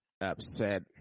upset